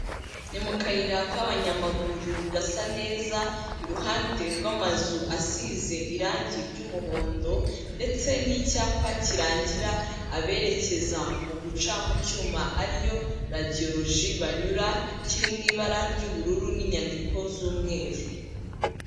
Ni mu kayira k'abanyamaguru gasa neza iruhande rw'amazu asize irangi ry'umuhondo ndetse n'icyapa kirangira aberekeza mu guca mu cyuma ariyo radiyoloji banyura kiri mu ibara ry'ubururu n'inyandiko z'umweru.